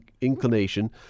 inclination